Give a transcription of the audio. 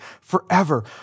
forever